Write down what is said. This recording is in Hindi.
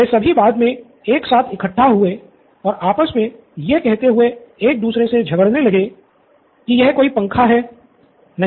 वे सभी बाद में एक साथ इकट्ठा हुए और आपस मे यह कहते हुए एक दूसरे से झगड़ने लगे कि यह कोई पंखा है नहीं